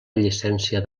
llicència